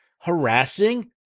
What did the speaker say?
harassing